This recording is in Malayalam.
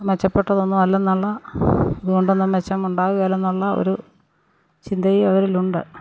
മെച്ചപ്പെട്ടതൊന്നും അല്ലെന്നുള്ള ഇതുകൊണ്ടൊന്നും മെച്ചം ഉണ്ടാകുകയിലെന്നുള്ള ഒരു ചിന്തയും അവരിലുണ്ട്